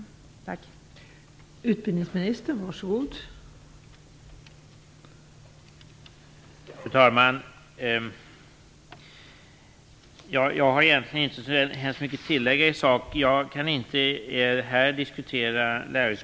Tack!